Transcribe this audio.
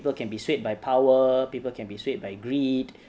people can be swayed by power people can be swayed by greed